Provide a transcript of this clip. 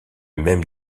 même